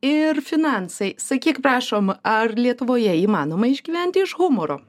ir finansai sakyk prašom ar lietuvoje įmanoma išgyventi iš humoro